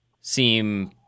seem